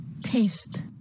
Taste